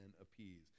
appease